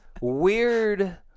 weird